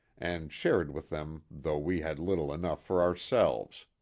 and shared with them though we had little enough for ourselves,